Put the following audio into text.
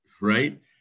right